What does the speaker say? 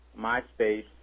MySpace